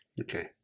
Okay